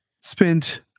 spent